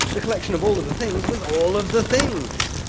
the collection of all of the things was all of the things.